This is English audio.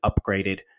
upgraded